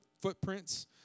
footprints